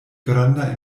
granda